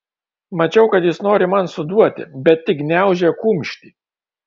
mačiau kad jis nori man suduoti bet tik gniaužė kumštį